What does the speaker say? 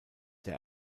der